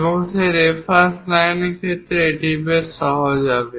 এবং সেই রেফারেন্স লাইনের ক্ষেত্রে এটি বেশ সহজ হবে